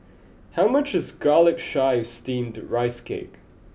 how much is garlic chives steamed rice cake